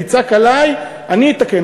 תצעק עלי, אני אתקן.